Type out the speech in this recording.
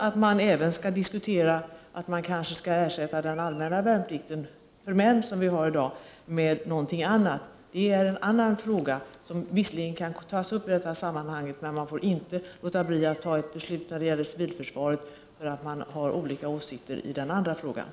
Frågan om att vi kanske borde ersätta dagens allmänna värnplikt för män med något annat kan visserligen även den tas upp i detta sammanhang, men det faktum att vi har olika åsikter i denna fråga får inte innebära att vi låter bli att fatta ett beslut när det gäller civilförsvaret.